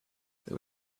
there